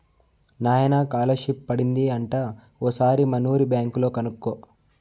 నాయనా కాలర్షిప్ పడింది అంట ఓసారి మనూరి బ్యాంక్ లో కనుకో